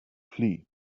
flee